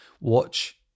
watch